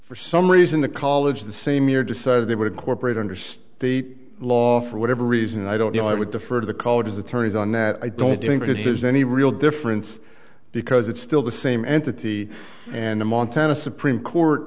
for some reason the college the same year decided they would cooperate under state law for whatever reason i don't know i would defer to the colleges attorneys on that i don't think that there's any real difference because it's still the same entity and the montana supreme court